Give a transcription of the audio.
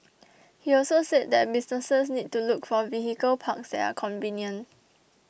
he also said that businesses need to look for vehicle parks that are convenient